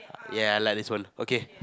ya I like this one okay